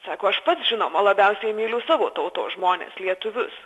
sako aš pats žinoma labiausiai myliu savo tautos žmones lietuvius